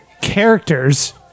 characters